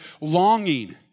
longing